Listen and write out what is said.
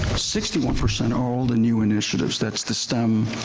sixty one percent are all the new initiatives, that's the stem,